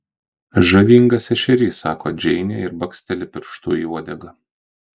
žavingas ešerys sako džeinė ir baksteli pirštu į uodegą